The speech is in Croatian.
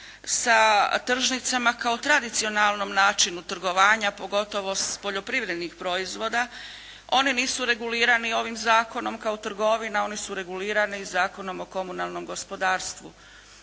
sa tržnicama kao tradicionalnom načinu trgovanja pogotovo poljoprivrednih proizvoda. Oni nisu regulirani ovim zakonom kao trgovina. Oni su regulirani Zakonom o komunalnom gospodarstvu.